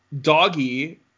Doggy